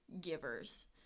givers